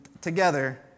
together